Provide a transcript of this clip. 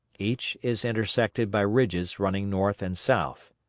each is intersected by ridges running north and south.